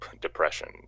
depression